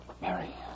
Mary